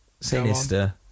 sinister